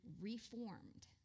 reformed